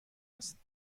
است